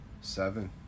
seven